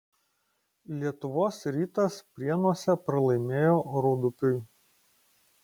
lietuvos rytas prienuose pralaimėjo rūdupiui